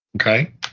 Okay